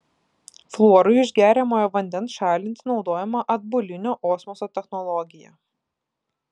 fluorui iš geriamojo vandens šalinti naudojama atbulinio osmoso technologija